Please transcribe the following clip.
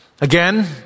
Again